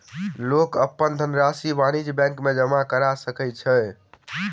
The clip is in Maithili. लोक अपन धनरशि वाणिज्य बैंक में जमा करा सकै छै